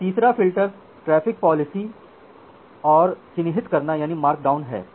और तीसरा filter traffic policy और चिन्हित करना मार्कडाउन है